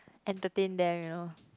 entertain them you know